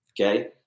Okay